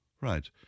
Right